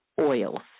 oils